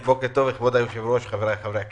בוקר טוב לכבוד היושב-ראש, חבריי חברי הכנסת,